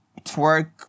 twerk